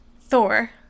Thor